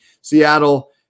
Seattle